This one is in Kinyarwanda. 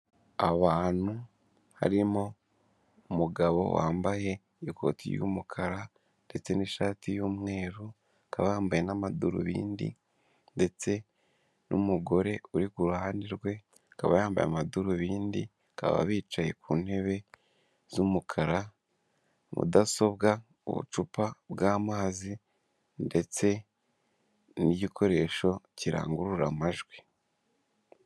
Abantu harimo umugabo wambaye ikoti ry'umukara ndetse n'ishati y'umweru, akaba yambaye n'amadarubindi. Ndetse, n'umugore uri ku ruhande rwe, akaba yambaye amadarubindi. Bakaba bicaye ku ntebe z'umukara, aho hari mudasobwa, ubucupa bw'amazi, ndetse n'igikoresho kirangurura amajwi.